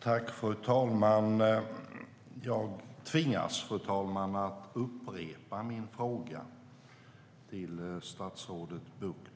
Fru talman! Jag tvingas att upprepa min fråga till statsrådet Bucht.